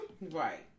Right